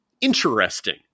interesting